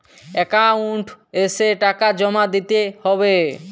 Account এসে টাকা জমা দিতে হবে?